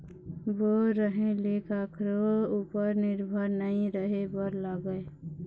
bore रहें ले कखरो उपर निरभर नइ रहे बर लागय